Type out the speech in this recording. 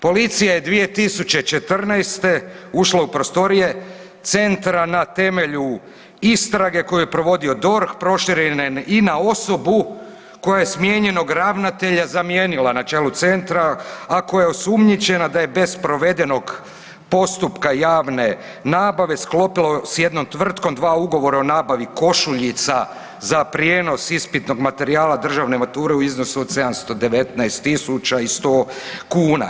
Policija je 2014. ušla u prostorije centra na temelju istrage koju je provodio DORH proširene i na osobu koja je smijenjenog ravnatelja zamijenila na čelu centra, a koja je osumnjičena da je bez provedenog postupka javne nabave sklopila s jednom tvrtkom dva ugovora o nabavi košuljica za prijenos ispitnog materijala državne mature u iznosu od 719.100 kuna.